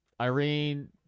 Irene